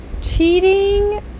cheating